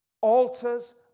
Altars